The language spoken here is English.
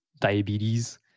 diabetes